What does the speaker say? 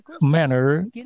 manner